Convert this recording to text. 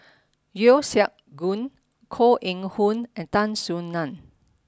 Yeo Siak Goon Koh Eng Hoon and Tan Soo Nan